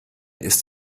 ist